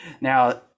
now